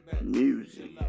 music